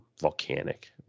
volcanic